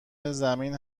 زمین